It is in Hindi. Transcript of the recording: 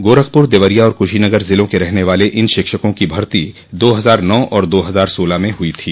गोरखपुर देवरिया और कुशीनगर जिलों के रहने वाले इन शिक्षकों की भर्ती दो हजार नौ और दो हजार सोलह में हुई थी